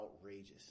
outrageous